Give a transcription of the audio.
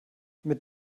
mit